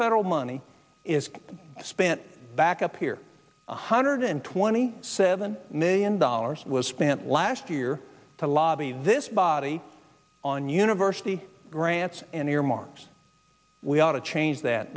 federal money is spent back up here one hundred twenty seven million dollars was spent last year to lobby this body on university grants and earmarks we ought to change that